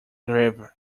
grieve